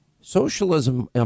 Socialism